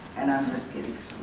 and i'm just getting